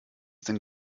denn